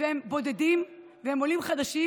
והם בודדים והם עולים חדשים.